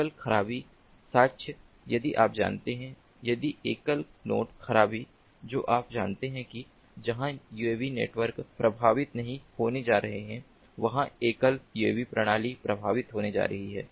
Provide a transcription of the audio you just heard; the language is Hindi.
एकल खराबी साक्ष्य यदि आप जानते हैं यदि एकल नोड खराबी जो आप जानते हैं कि जहां यूएवी नेटवर्क प्रभावित नहीं होने जा रहा है वहां एकल यूएवी प्रणाली प्रभावित होने जा रहे हैं